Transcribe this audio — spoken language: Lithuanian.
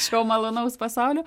šio malonaus pasaulio